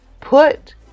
put